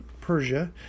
Persia